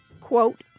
quote